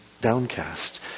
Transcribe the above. downcast